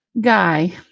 guy